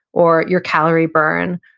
or your calorie burn,